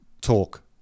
talk